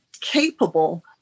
capable